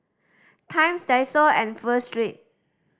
Times Daiso and Pho Street